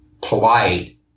polite